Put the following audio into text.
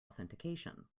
authentication